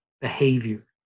behavior